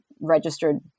registered